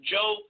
Joe